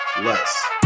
less